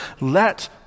Let